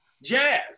jazz